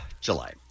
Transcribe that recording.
July